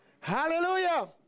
Hallelujah